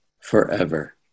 forever